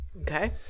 Okay